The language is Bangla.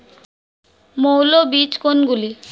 মৌল বীজ কোনগুলি?